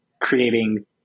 creating